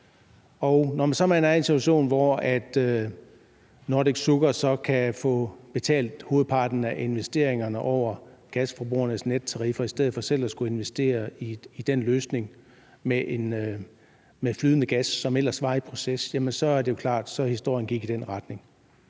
Når man så er i en situation, hvor Nordic Sugar kan få betalt hovedparten af investeringerne over gasforbrugernes nettariffer i stedet for selv at skulle investere i den løsning med flydende gas, som ellers var i proces, er det jo klart, at historien går i den retning.